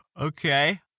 Okay